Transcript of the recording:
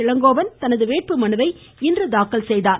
இளங்கோவன் தனது வேட்புமனுவை தாக்கல் செய்தார்